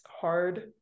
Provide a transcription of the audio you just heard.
hard